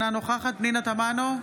אינה נוכחת פנינה תמנו,